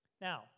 Now